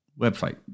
Website